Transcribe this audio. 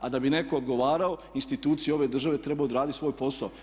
A da bi netko odgovarao institucije ove države trebaju odraditi svoj posao.